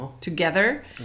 together